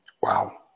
Wow